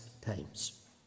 times